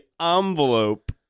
envelope